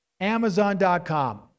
Amazon.com